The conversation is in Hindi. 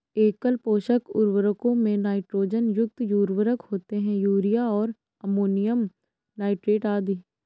एकल पोषक उर्वरकों में नाइट्रोजन युक्त उर्वरक होते है, यूरिया और अमोनियम नाइट्रेट आदि